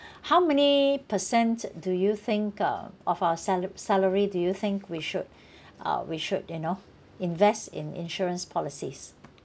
how many percent do you think uh of our sala~ salary do you think we should uh we should you know invest in insurance policies